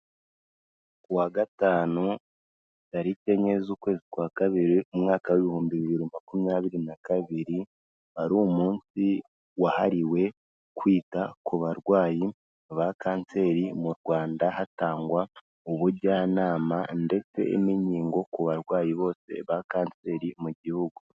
Ku wa Gatanu tariki enye z'ukwezi kwa Kabiri, umwaka w' ibihumbi bibiri makumyabiri na kabiri, wari umunsi wahariwe kwita ku barwayi ba kanseri mu Rwanda hatangwa, ubujyanama ndetse n'inkingo ku barwayi bose ba kanseri mu gihugu.